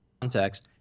context